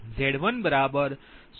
2 j1